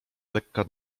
lekka